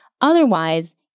Otherwise